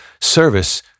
service